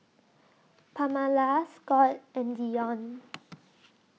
Pamala Scott and Deon